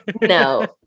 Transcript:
no